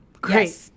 Great